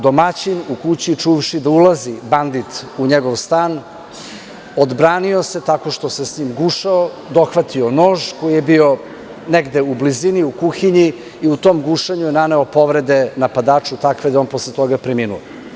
Domaćin u kući, čuvši da ulazi bandit u njegov stan, odbranio se tako što se sa njim gušao, dohvatio nož koji je bio negde u blizini, u kuhinji, i u tom gušenju je naneo povrede napadaču, takve da je on posle toga preminuo.